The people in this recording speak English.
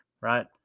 right